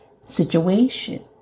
situation